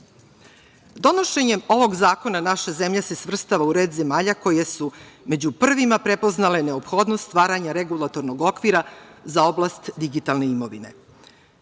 riziku. Donošenjem ovog zakona naša zemlja se svrstava u red zemalja koje su među prvima prepoznale neophodnost stvaranja regulatornog okvira za oblast digitalne imovine.